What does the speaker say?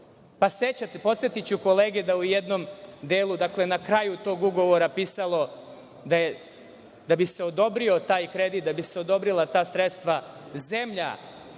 stope. Podsetiću kolege da u jednom delu, dakle, na kraju tog ugovora je pisalo da bi se odobrio taj kredit, da bi se odobrila ta sredstva zemlja